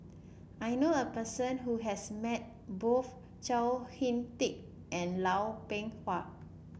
I knew a person who has met both Chao HicK Tin and Lau Chiap Khai